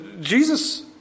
Jesus